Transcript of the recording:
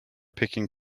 picking